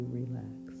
relax